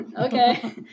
Okay